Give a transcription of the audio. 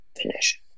finish